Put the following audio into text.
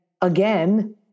again